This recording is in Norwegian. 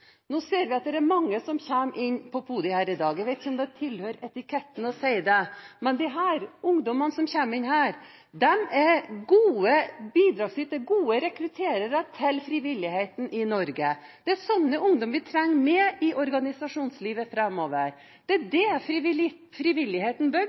det er brudd på etiketten å si det, men jeg har lyst til å si at disse ungdommene som kommer inn her, er gode bidragsytere, gode rekrutterere til frivilligheten i Norge. Det er slike ungdommer vi trenger mer av i organisasjonslivet framover. Det er